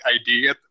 ID